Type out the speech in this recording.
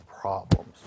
problems